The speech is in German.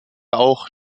auch